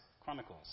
Chronicles